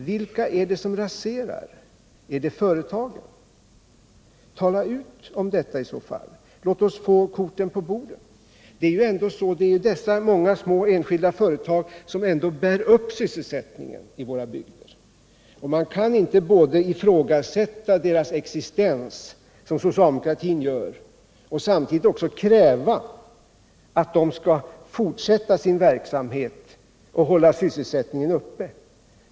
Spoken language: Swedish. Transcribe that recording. Vilka är det som raserar? Är det företagen? Tala ut om detta i så fall, låt oss få korten på bordet! Det är ändå dessa många små enskilda företag som bär upp sysselsättningen i våra bygder, och man kan inte — som socialdemokratin gör — samtidigt ifrågasätta deras existens och kräva att de skall fortsätta sin verksamhet och hålla sysselsättningen uppe.